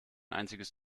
einziges